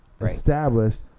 established